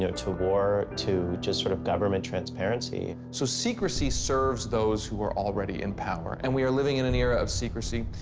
you know war, to just sort of government transparency. so secrecy serves those who are already in power, and we are living in an era of secrecy.